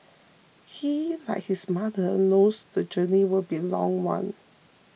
he like his mother knows the journey will be a long one